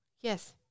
Yes